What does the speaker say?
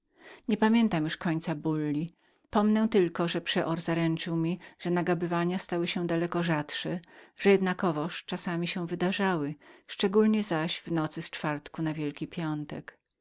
nie pamiętam już końca bulli pomnę tylko że przeor zaręczył mi że nagabania stały się daleko rzadszemi że jednakowoż czasami się wydarzały mianowicie zaś w nocy z czwartku na wielki piątek